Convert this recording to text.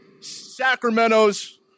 Sacramento's